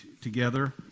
together